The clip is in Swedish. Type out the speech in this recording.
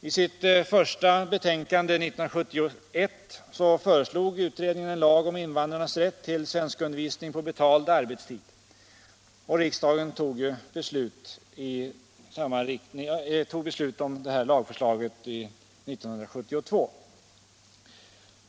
I sitt första betänkande år 1971 föreslog utredningen en lag om invandrarnas rätt till svenskundervisning på betald arbetstid och riksdagen tog beslut om lagen 1972.